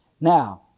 Now